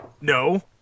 No